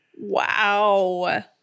Wow